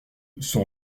son